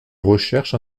recherche